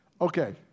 Okay